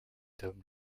homme